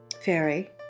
Fairy